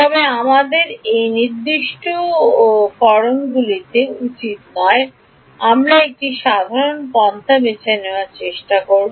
তবে আমাদের সেই নির্দিষ্টকরণগুলিতে উচিত নয় আমরা একটি সাধারণ পন্থা দেওয়ার চেষ্টা করব